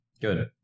Good